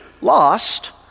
lost